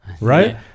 right